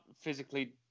physically